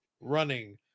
running